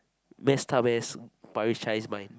messed up ass Parish's mind